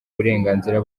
burenganzira